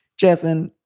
jasmine,